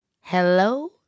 hello